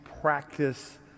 practice